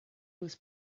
was